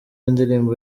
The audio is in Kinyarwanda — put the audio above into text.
indirimbo